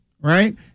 right